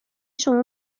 شما